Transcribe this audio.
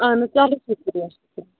اَہَن حَظ چلو شُکریہ شُکریہ